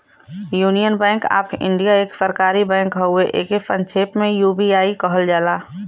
union Bank of India एक सरकारी bank हउवे एके संक्षेप में यू.बी.आई कहल जाला